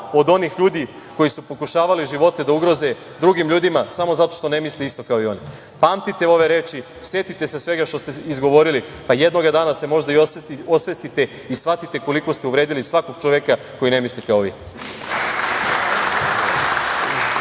od onih ljudi koji su pokušavali živote da ugroze drugim ljudima samo zato što ne misle isto kao i oni. Pamtite ove reči, setite se svega što ste izgovorili, pa jednoga dana se možda i osvestite i shvatite koliko ste uvredili svakog čoveka, koji ne misli, kao vi.